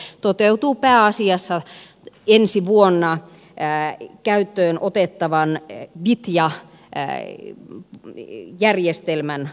se toteutuu pääasiassa ensi vuonna käyttöön otettavan vitja järjestelmän avulla